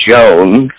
Jones